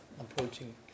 approaching